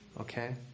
Okay